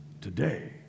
today